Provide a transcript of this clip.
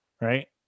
Right